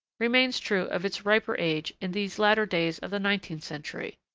remains true of its riper age in these latter days of the nineteenth century.